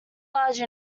large